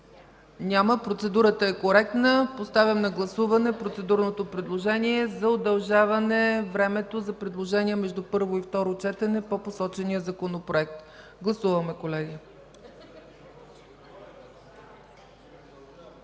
Няма. Процедурата е коректна. Поставям на гласуване процедурното предложение за удължаване времето за предложения между първо и второ четене по посочения Законопроект. Гласували